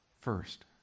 first